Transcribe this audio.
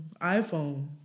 iPhone